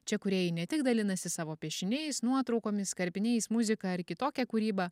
čia kūrėjai ne tik dalinasi savo piešiniais nuotraukomis karpiniais muzika ar kitokia kūryba